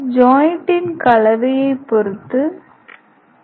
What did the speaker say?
ஜாய்ன்ட்டின் கலவையைப் பொறுத்து 5